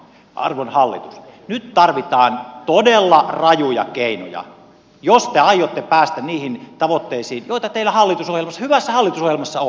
arvon hallitus nyt tarvitaan todella rajuja keinoja jos te aiotte päästä niihin tavoitteisiin joita teillä hallitusohjelmassanne hyvässä hallitusohjelmassanne on